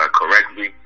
correctly